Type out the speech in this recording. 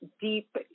deep